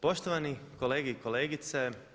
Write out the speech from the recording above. Poštovani kolege i kolegice.